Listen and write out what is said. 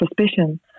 suspicion